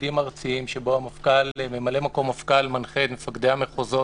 בוויעודים ארציים שבהם ממלא-מקום המפכ"ל מנחה את מפקדי המחוזות.